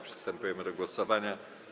Przystępujemy do głosowania.